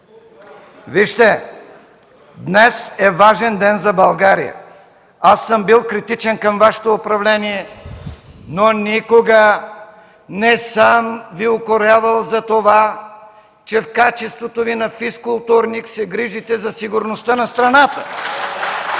Вижте, днес е важен ден за България. Аз съм бил критичен към Вашето управление, но никога не съм Ви укорявал за това, че в качеството Ви на физкултурник се грижите за сигурността на страната.